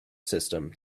system